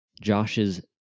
Josh's